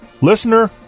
listener